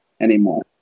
anymore